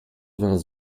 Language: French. vingts